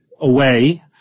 away